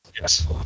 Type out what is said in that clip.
Yes